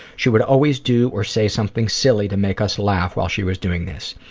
she would always do or say something silly to make us laugh while she was doing this.